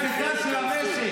כשחלק הלכו,